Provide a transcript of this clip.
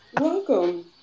Welcome